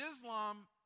Islam